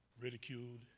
ridiculed